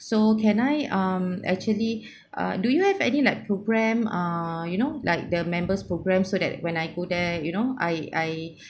so can I um actually uh do you have any like program ah you know like the members program so that when I go there you know I I